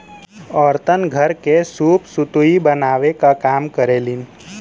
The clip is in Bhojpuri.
औरतन घर के सूप सुतुई बनावे क काम करेलीन